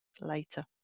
later